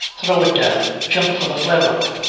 throw it down! jump for the flare-up.